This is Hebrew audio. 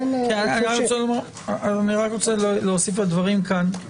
אני רוצה להוסיף לדברים כאן.